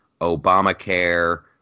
Obamacare